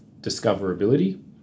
discoverability